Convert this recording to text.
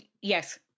yes